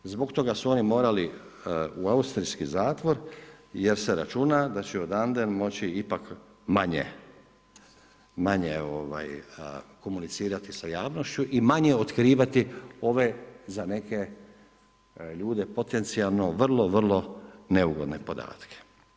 Zbog toga su oni morali u austrijski zatvor jer se računa da će odande moći ipak manje komunicirati sa javnošću i manje otkrivati ove za neke ljude potencijalno vrlo, vrlo neugodne podatke.